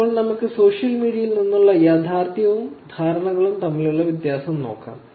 ഇപ്പോൾ നമുക്ക് സോഷ്യൽ മീഡിയയിൽ നിന്നുള്ള യാഥാർത്ഥ്യവും ധാരണകളും തമ്മിലുള്ള വ്യത്യാസം നോക്കാം